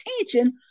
attention